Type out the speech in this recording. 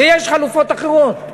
ויש חלופות אחרות.